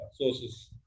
sources